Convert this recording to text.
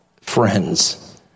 friends